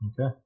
Okay